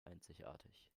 einzigartig